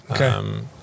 Okay